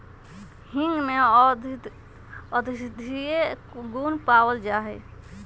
हींग में औषधीय गुण पावल जाहई